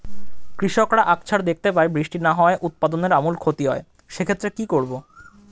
কৃষকরা আকছার দেখতে পায় বৃষ্টি না হওয়ায় উৎপাদনের আমূল ক্ষতি হয়, সে ক্ষেত্রে কি করব?